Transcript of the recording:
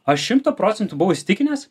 aš šimtu procentų buvau įsitikinęs